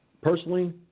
personally